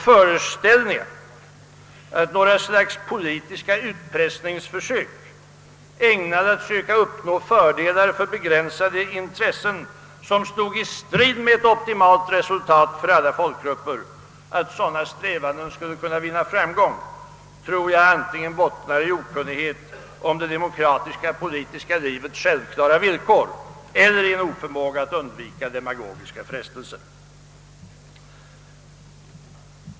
Föreställningar att några slags politiska utpressningsförsök, i syfte att uppnå fördelar för begränsade intressen som stod i strid med ett optimalt resultat för alla folkgrupper, skulle kunna vinna framgång, tror jag antingen bottnar i okunnighet om det demokratiska politiska livets självklara villkor eller i oförmåga att undvika demagogiska frestelser.